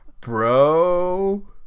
Bro